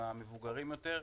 עם המבוגרים יותר,